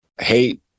hate